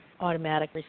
automatic